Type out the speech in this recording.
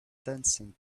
dancing